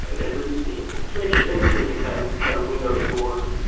and then reducing infiltration. putting in better better windows, doors.